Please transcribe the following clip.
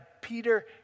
Peter